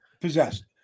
possessed